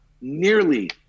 nearly